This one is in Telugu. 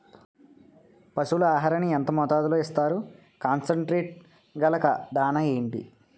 పశువుల ఆహారాన్ని యెంత మోతాదులో ఇస్తారు? కాన్సన్ ట్రీట్ గల దాణ ఏంటి?